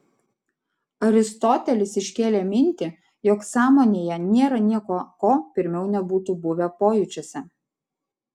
aristotelis iškėlė mintį jog sąmonėje nėra nieko ko pirmiau nebūtų buvę pojūčiuose